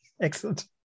Excellent